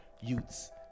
youths